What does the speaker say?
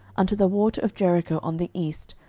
unto the water of jericho on the east,